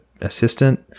assistant